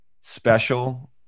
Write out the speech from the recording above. special